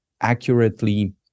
accurately